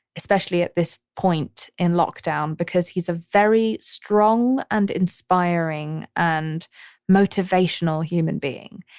especially at this point in lockdown, because he's a very strong and inspiring and motivational human being.